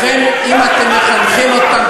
אתם מחנכים ככה,